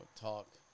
talk